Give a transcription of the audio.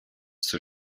zur